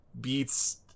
beats